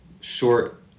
short